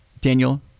Daniel